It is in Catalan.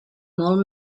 molt